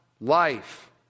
life